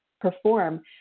perform